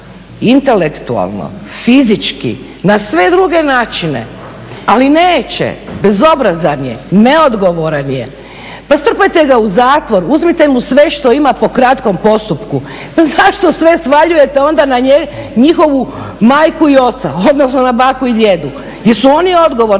intelektualno, fizički na sve druge načine, ali neće, bezobrazan je, neodgovoran je, pa strpajte ga u zatvor, uzmite mu sve što ima po kratkom postupku. pa zašto sve svaljujete onda na njihovu majku i oca odnosno na baku i djedu, jesu oni odgovorni?